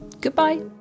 Goodbye